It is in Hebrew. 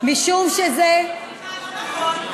משום שזה, סליחה, לא נכון.